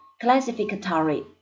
classificatory